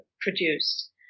produced